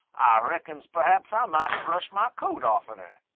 ah reckons perhaps ah might brush mah coat oftener.